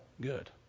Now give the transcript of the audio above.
good